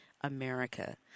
America